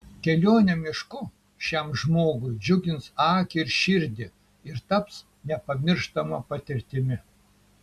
kelionė mišku šiam žmogui džiugins akį ir širdį ir taps nepamirštama patirtimi